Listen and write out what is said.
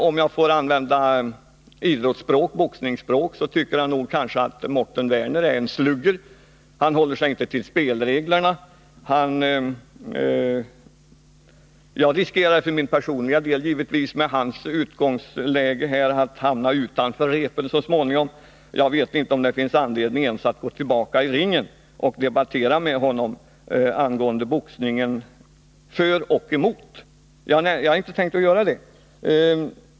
Om jag får använda boxningsspråk tycker jag att Mårten Werner är en slugger — han håller sig inte till spelreglerna. Med Mårten Werners uppläggning av debatten riskerar jag för min personliga del att hamna utanför repen. Jag vet inte om det ens finns anledning att gå tillbaka upp i ringen och debattera för och emot boxningen med honom. Jag har inte heller tänkt att göra det.